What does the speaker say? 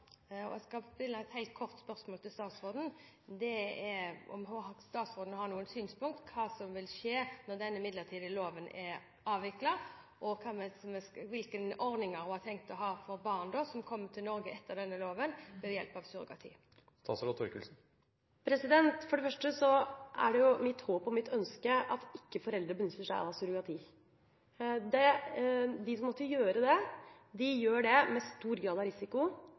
Jeg skal stille statsråden et kort spørsmål – om hun har noen synspunkter på hva som vil skje når denne midlertidige loven er avviklet, hvilke ordninger hun da har tenkt å ha for barn født ved hjelp av surrogati som kommer til Norge. Først: Det er mitt håp og mitt ønske at foreldre ikke benytter seg av surrogati. De som måtte gjøre det, gjør det med stor grad av risiko